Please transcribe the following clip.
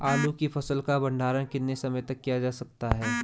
आलू की फसल का भंडारण कितने समय तक किया जा सकता है?